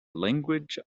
language